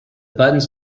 buttons